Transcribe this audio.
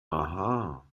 aha